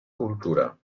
cultura